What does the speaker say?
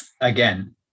Again